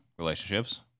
Relationships